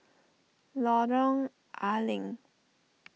Lorong Ah Leng